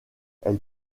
elle